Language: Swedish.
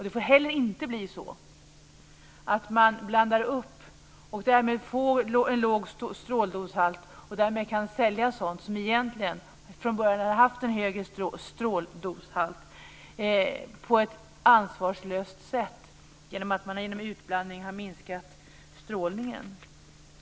Det får inte heller bli så att man blandar upp det radioaktiva materialet och därmed får en låg stråldoshalt och kan sälja sådant som från början hade en högre stråldoshalt på ett ansvarslöst sätt genom att man genom utblandning har minskat strålningen.